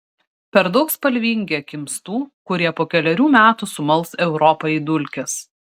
per daug spalvingi akims tų kurie po kelerių metų sumals europą į dulkes